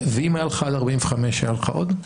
אם היה לך עד 45 היו לך עוד?